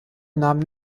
nahm